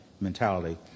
mentality